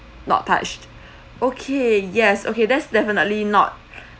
not touched okay yes okay that's definitely not